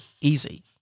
easy